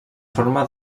forma